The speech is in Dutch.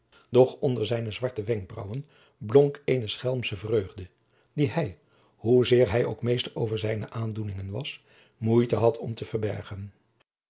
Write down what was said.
doch onder zijne zware wenkbraauwen blonk eene schelmsche vreugde die hij hoezeer hij ook meester over zijne aandoeningen was moeite had om te verbergen